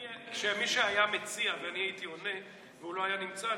אם מישהו היה מציע ואני הייתי עונה והוא לא היה נמצא,